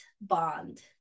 bond